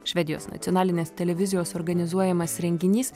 švedijos nacionalinės televizijos organizuojamas renginys